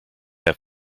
have